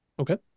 Okay